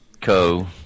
co